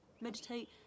meditate